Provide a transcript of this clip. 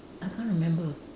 I can't remember